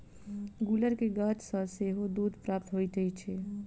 गुलर के गाछ सॅ सेहो दूध प्राप्त होइत छै